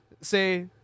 say